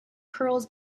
curls